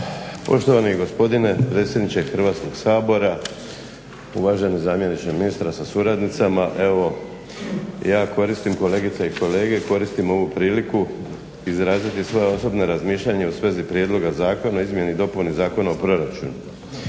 Poštovani gospodine predsjedniče Hrvatskog sabora, uvaženi zamjeniče ministra sa suradnicama. Evo ja koristim kolegice i kolege koristim ovu priliku izraziti svoja osobna razmišljanja u svezi prijedloga Zakona o izmjeni i dopuni Zakona o proračunu.